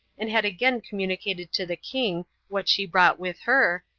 and had again communicated to the king what she brought with her,